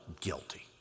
guilty